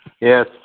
Yes